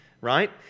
right